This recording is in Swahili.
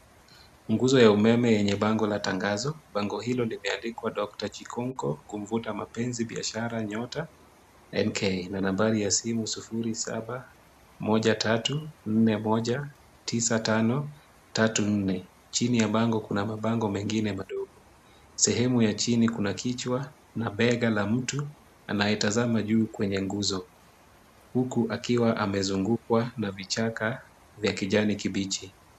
Nguzo ya umeme yenye bango la tangazo, bango hilo limeandikwa Dr. Chikunko kumvuta mapenzi biashara nyota. MK, na nambari ya simu 0713 4195 34. Chini ya bango kuna mabango mengine madogo. Sehemu ya chini kuna kichwa, na bega la mtu, anayetazama juu kwenye nguzo. Huku akiwa amezungukwa na vichaka vya kijani kibichi.